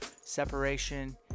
separation